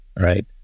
right